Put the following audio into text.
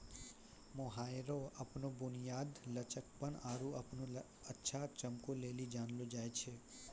mohair अपनो बुनियाद, लचकपन आरु अपनो अच्छा चमको लेली जानलो जाय छै